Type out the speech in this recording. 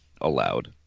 allowed